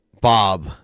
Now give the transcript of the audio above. Bob